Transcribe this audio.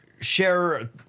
share –